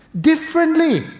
differently